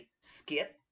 Skip